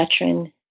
veteran